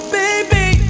baby